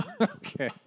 Okay